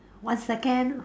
one second